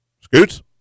Scoots